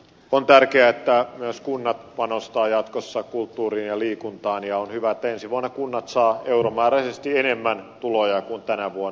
on tärkeää että myös kunnat panostavat jatkossa kulttuuriin ja liikuntaan ja on hyvä että ensi vuonna kunnat saavat euromääräisesti enemmän tuloja kuin tänä vuonna